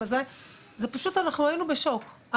היינו בשוק,